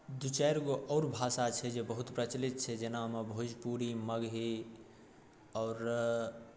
दू चारि गो आओर भाषा छै जे बहुत प्रचलित छै जेनामे भोजपुरी मगही आओर